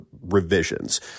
revisions